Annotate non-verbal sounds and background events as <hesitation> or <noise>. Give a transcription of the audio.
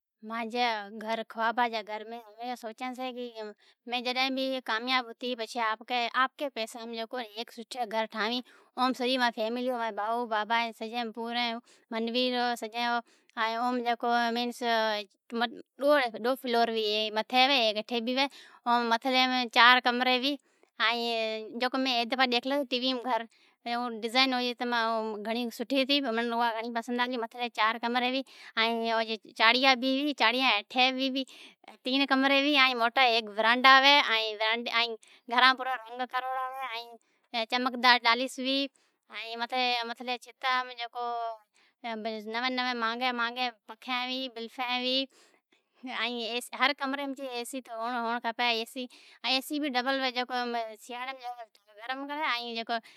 مانجے گھر خواباں جے گھراں میں جکو سوچاں چھی کہ ہوں کامیاب تھے پچھے آپ کے پیساں میں ہیک سوٹھو گھر ٹھاوی۔ اوم سجی مانجی فیملی ماجھا بھائو مانجھا بابا سجیپورین ھون منویر سجی میں <hesitation> او ڈو فلور ہوئے ہیک متھے ہوئے ھیک ھیٹھی ھوی ۔ متھلے میں چار کمرے ہوئیں ائیں جکو میں ہیک دفعو ڈیکھلو ٹی وی ماں گھر او ڈزائین منی سٹھی لاگلی تمام گھنڑی پسند۔ متھلیم چار کمری ھوی ائین چاڑہیاں بہ ہوئیں ۔ ائین چاڑہیان ھیٹھی تیں کمرے ہوئیں۔ ہیک موٹا ورانڈا ہوئیں <noise> ائیں گھران پورین ریگ کروڑ ا ھوی ائین چمکدار ٹائیلس ہوئیں ائیں متھے چھتاں میں جکو نویں نویں مہانگیں پنکھیں ہوئیں بلفیں ہوئیں ائیں ہر کمرے میں اے سی ہوئینڑ ہوئینڑ کھپے۔ <noise> ایسی بھی ڈبل ھوی سیاڑیم گرم کری ائین ۔